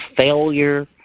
failure